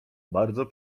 bardzo